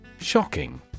Shocking